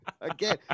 Again